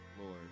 Lord